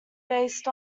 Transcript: based